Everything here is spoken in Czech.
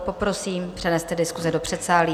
Poprosím, přeneste diskuse do předsálí.